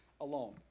alone